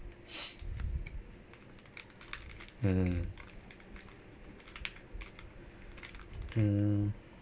mmhmm mm